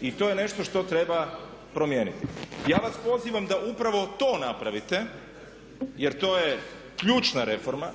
i to je nešto što treba promijeniti. Ja vas pozivam da upravo to napravite jer to je ključna reforma